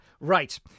right